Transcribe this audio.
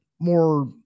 more